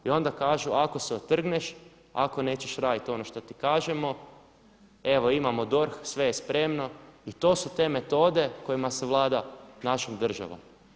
I onda kažu ako se otrgneš, ako nećeš radit ono što ti kažemo evo imamo DORH, sve je spremno i to su te metode kojima se vlada našom državom.